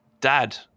dad